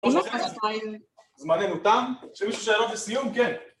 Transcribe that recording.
זמננו תם, יש למישהו שאלות לסיום, כן?